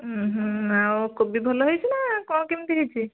ଉଁ ହୁଁ ଆଉ କୋବି ଭଲ ହେଇଛି ନା କଣ କେମିତି ହେଇଛି